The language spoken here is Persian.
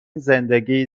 زندگی